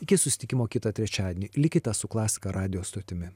iki susitikimo kitą trečiadienį likite su klasika radijo stotimi